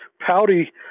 pouty